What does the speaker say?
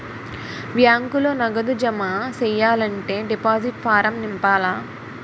బ్యాంకులో నగదు జమ సెయ్యాలంటే డిపాజిట్ ఫారం నింపాల